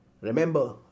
remember